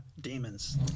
demons